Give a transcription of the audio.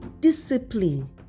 discipline